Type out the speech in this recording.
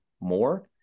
more